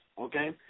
Okay